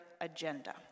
agenda